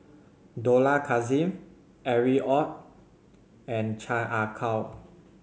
Dollah Kassim Harry Ord and Chan Ah Kow